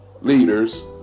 leaders